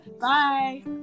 Bye